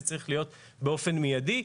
זה צריך להיות באופן מידי.